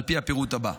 על פי הפירוט הבא,